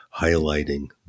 highlighting